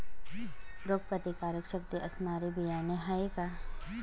रोगप्रतिकारशक्ती असणारी बियाणे आहे का?